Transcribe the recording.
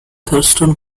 thurston